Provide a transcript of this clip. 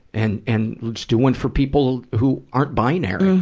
and, and let's do one for people who aren't binary.